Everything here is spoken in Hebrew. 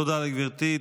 תודה לגברתי.